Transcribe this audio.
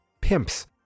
pimps